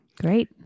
Great